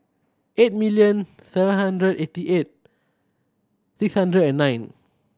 eight million seven hundred eighty eight six hundred and nine